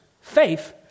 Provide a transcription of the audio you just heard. faith